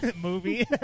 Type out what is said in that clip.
movie